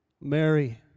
Mary